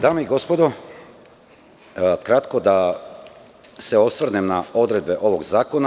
Dame i gospodo, kratko da se osvrnem na odredbe ovog zakona.